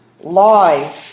lie